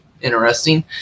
interesting